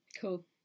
Cool